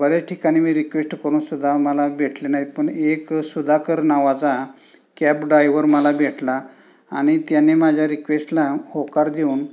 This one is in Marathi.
बऱ्याच ठिकाणी मी रिक्वेश्ट करून सुद्धा मला भेटले नाहीत पण एक सुधाकर नावाचा कॅब डायव्हर मला भेटला आणि त्याने माझ्या रिक्वेस्टला होकार देऊन